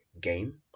game